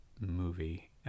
movie